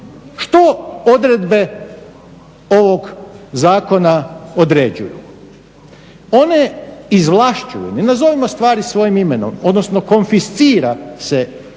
Što odredbe ovog zakona određuju? One izvlašćuju, nazovimo stvari svojim imenom, odnosno konfiscira se